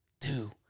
two